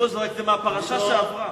היושב-ראש, זה מהפרשה שעברה.